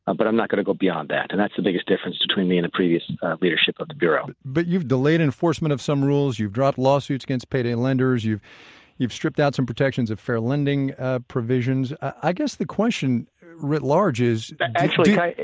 but i'm not going to go beyond that, and that's the biggest difference between me and the previous leadership of the bureau but you've delayed enforcement of some rules, you've dropped lawsuits against payday lenders, you've you've stripped out some protections of fair-lending ah provisions. i guess the question writ large is actually, kai,